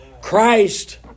Christ